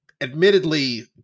admittedly